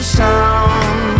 sound